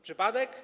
Przypadek?